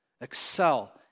Excel